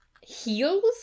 Heels